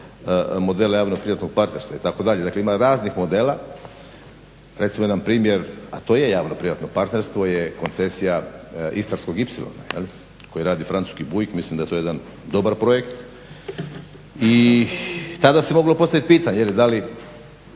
modela javno-privatnog partnerstva itd., dakle ima raznih modela. Recimo jedan primjer, a to je javno-privatno partnerstvo je koncesija istarskog ipsilona koji radi francuski Buick. Mislim da je to jedan dobar projekt. I tada se moglo postavit pitanje da li